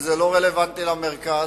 זה לא רלוונטי למרכז,